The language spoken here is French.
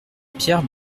pierre